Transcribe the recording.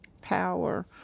power